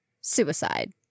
suicide